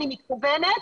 אני מתכוונת,